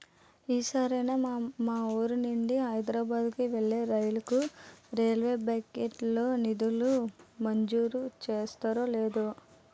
ఈ సారైనా మా వూరు నుండి హైదరబాద్ కు వెళ్ళే రైలుకు రైల్వే బడ్జెట్ లో నిధులు మంజూరు చేస్తారో లేదో